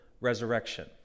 resurrection